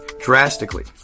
drastically